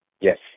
Yes